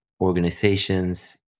organizations